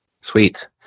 Sweet